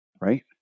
right